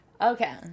Okay